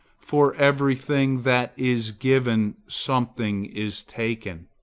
for every thing that is given something is taken.